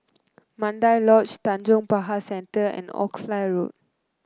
Mandai Lodge Tanjong Pagar Centre and Oxley Road